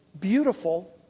beautiful